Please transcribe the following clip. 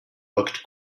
looked